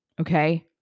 okay